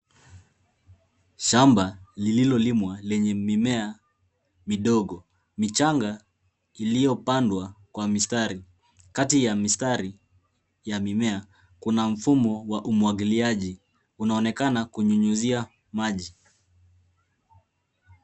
Shamba lililolimwa lenye mimea midogo michanga iliyopandwa kwa mistari. Kati ya mistari ya mimea kuna mfumo wa umwagiliaji unaonekana kunyunyuzia maji.